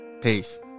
Peace